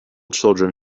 children